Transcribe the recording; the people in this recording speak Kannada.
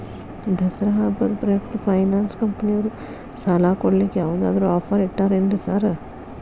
ದಸರಾ ಹಬ್ಬದ ಪ್ರಯುಕ್ತ ಫೈನಾನ್ಸ್ ಕಂಪನಿಯವ್ರು ಸಾಲ ಕೊಡ್ಲಿಕ್ಕೆ ಯಾವದಾದ್ರು ಆಫರ್ ಇಟ್ಟಾರೆನ್ರಿ ಸಾರ್?